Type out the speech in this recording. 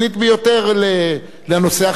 אדוני היושב-ראש,